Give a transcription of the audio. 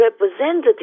representative